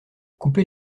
couper